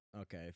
okay